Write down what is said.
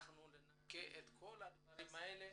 אנחנו ננקה את כל הדברים האלה